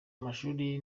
amashuri